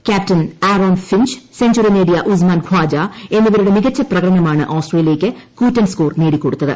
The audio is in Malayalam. ക്യാപ്റ്റൻ ആരോൺ ഫിഞ്ച് സെഞ്ചറി നേടിയ ഉസ്മാൻ ഖാജ എന്നിവരുടെ മികച്ച പ്രകടനമാണ് ഓസ്ട്രേലിയയ്ക്ക് കൂറ്റൻ സ്കോർ നേടികൊടുത്തത്